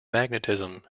magnetism